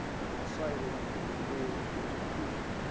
is an exciting and engaged institution.